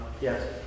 Yes